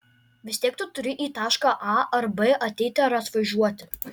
vis tiek tu turi į tašką a ar b ateiti ar atvažiuoti